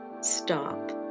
stop